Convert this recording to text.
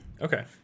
Okay